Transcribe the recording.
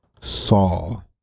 Saul